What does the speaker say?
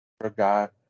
forgot